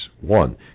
One